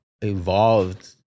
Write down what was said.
evolved